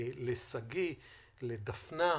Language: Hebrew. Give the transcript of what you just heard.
שגיא, שרה,